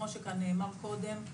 כמו שנאמר כאן קודם,